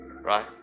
Right